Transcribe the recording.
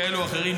כאלה ואחרים,